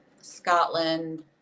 Scotland